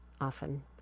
often